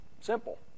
Simple